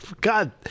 God